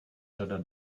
řada